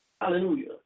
Hallelujah